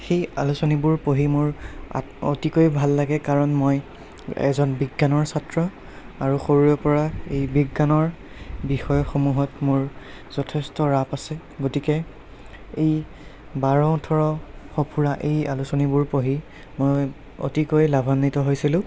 সেই আলোচনীবোৰ পঢ়ি মোৰ অতিকৈ ভাল লাগে কাৰণ মই এজন বিজ্ঞানৰ ছাত্ৰ আৰু সৰুৰেপৰা এই বিজ্ঞানৰ বিষয়সমূহত মোৰ যথেষ্ট ৰাপ আছে গতিকে এই বাৰ ওঠৰ সঁফুৰা এই আলোচনীবোৰ পঢ়ি মই অতিকৈ লাভান্বিত হৈছিলোঁ